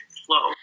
flow